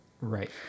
Right